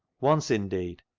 once, indeed,